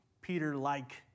Peter-like